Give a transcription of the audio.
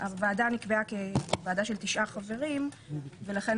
הוועדה נקבעה כוועדה של תשעה חברים ולכן